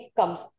comes